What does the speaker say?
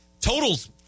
Total's